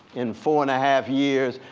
in four and a half years,